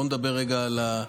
והכול פירות וירקות.